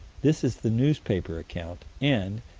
this is the newspaper account, and,